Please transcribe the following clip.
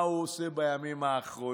מה הוא עושה בימים האחרונים.